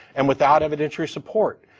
and without evidentiary support.